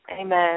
Amen